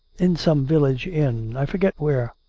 in some village inn. i forget where.